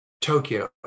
Tokyo